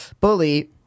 bully